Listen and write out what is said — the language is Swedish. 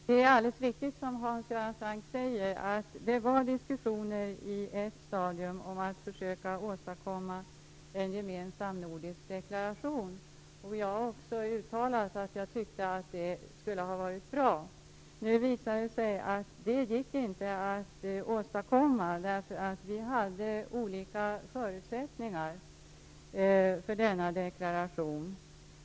Herr talman! Det som Hans Göran Franck säger är alldeles riktigt, nämligen att det under ett stadium förekom diskussioner om att försöka åstadkomma en gemensam nordisk deklaration. Jag har också uttalat att jag tycker att det skulle ha varit bra. Men nu visar det sig att det inte gick att åstadkomma detta, därför att vi hade olika förutsättningar för denna deklaration.